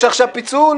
יש עכשיו פיצול,